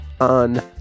on